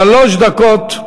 שלוש דקות,